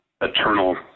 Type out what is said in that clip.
eternal